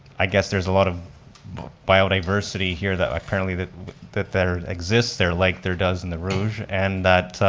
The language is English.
i guess there's a lot of biodiversity here that like currently that that there exists there like there does in the rouge. and that,